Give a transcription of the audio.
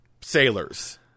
sailors